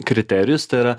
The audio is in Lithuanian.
kriterijus tai yra